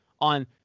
on